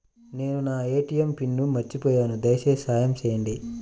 నేను నా ATM pin మర్చిపోయాను దయచేసి సహాయం చేయండి